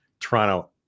Toronto